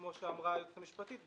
כמו שאמרה היועצת המשפטית,